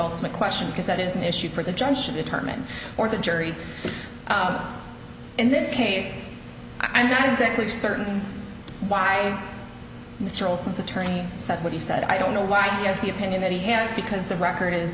ultimate question because that is an issue for the judge to determine or the jury in this case i'm not exactly certain why mr wilson's attorney said what he said i don't know why he has the opinion that he has because the record is